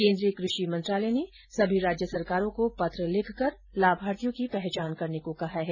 केन्द्रीय कृषि मंत्रालय ने सभी राज्य सरकारों को पत्र लिखकर लाभार्थियों की पहचान करने को कहा है